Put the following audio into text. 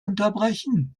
unterbrechen